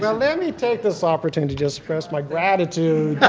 but let me take this opportunity to express my gratitude.